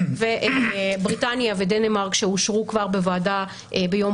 ובריטניה ודנמרק שאושרו כבר בוועדה ביום